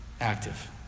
active